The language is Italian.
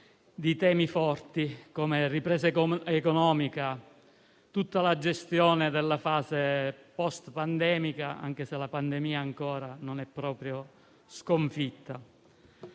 di temi forti, come la ripresa economica e tutta la gestione della fase post-pandemica, anche se la pandemia ancora non è proprio sconfitta.